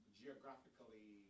geographically